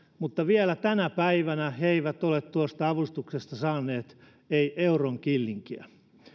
mutta vielä tänä päivänä he eivät ole tuosta avustuksesta saaneet ei euron killinkiä